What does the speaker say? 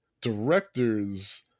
directors